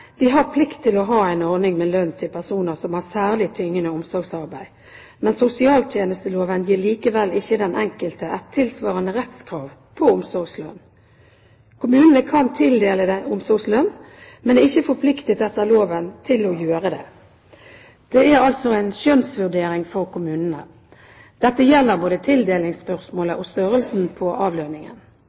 har plikt til å ha en ordning med lønn til personer som har særlig tyngende omsorgsarbeid, men sosialtjenesteloven gir likevel ikke den enkelte et tilsvarende rettskrav på omsorgslønn. Kommunene kan tildele omsorgslønn, men er ikke forpliktet etter loven til å gjøre det. Det er altså en skjønnsvurdering for kommunene. Dette gjelder både tildelingsspørsmålet og størrelsen på avlønningen.